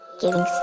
Giving